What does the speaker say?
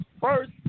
first